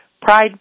Pride